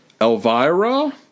Elvira